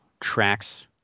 Tracks